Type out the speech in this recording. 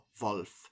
wolf